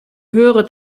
höhere